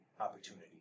opportunity